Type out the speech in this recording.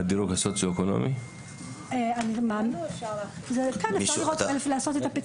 האם אפשר לקבל?